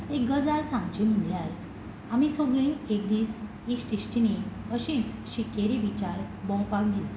एक गजाल सांगची म्हळ्ळ्यार आमी सगळी एक दीस इश्ट इश्टिणी अशींच शिकेरी बिचार भोंवपाक गेल्लीं